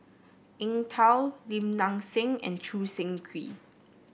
Eng Tow Lim Nang Seng and Choo Seng Quee